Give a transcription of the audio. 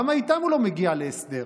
למה איתם הוא לא מגיע להסדר?